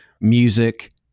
music